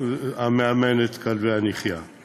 המאמן כלב נחייה ומלווה בכלב נחייה.